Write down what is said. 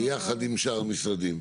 ביחד עם שאר המשרדים?